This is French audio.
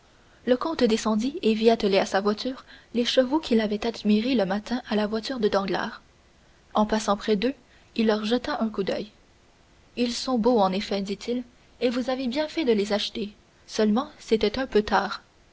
le comte descendit et vit attelés à sa voiture les chevaux qu'il avait admirés le matin à la voiture de danglars en passant près d'eux il leur jeta un coup d'oeil ils sont beaux en effet dit-il et vous avez bien fait de les acheter seulement c'était un peu tard